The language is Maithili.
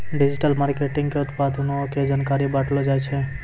डिजिटल मार्केटिंग मे उत्पादो के जानकारी बांटलो जाय छै